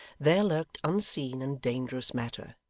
there lurked unseen and dangerous matter.